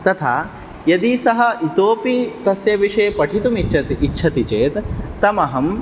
तथा यदि सः इतोपि तस्य विषये पठितुम् इच्छति इच्छति चेत् तमहम्